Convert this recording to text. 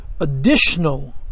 additional